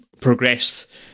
progressed